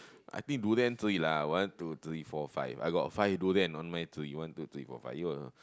I think durian tree lah one two three four five I got five durian on my tree one two three four five